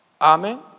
Amen